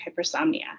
hypersomnia